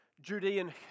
Judean